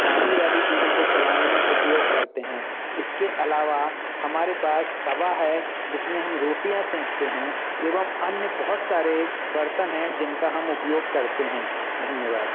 पानी वाली चीज़ों को चलाने में उपयोग करते हैं इसके अलावा हमारे पास तवा है जिसमें हम रोटियाँ सेंकते हैं एवम अन्य बहुत सारे बर्तन हैं जिनका हम उपयोग करते हैं धन्यवाद